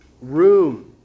room